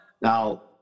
Now